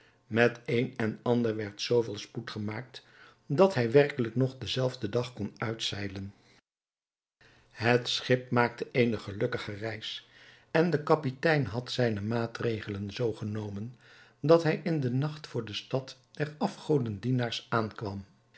met een en ander werd zoo veel spoed gemaakt dat hij werkelijk nog dien zelfden dag kon uitzeilen het schip maakte eene gelukkige reis en de kapitein had zijne maatregelen zoo genomen dat hij in den nacht voor de stad der afgodendienaars aankwam